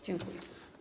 Dziękuję.